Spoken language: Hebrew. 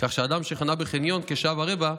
כך שאדם שחנה בחניון כשעה ורבע,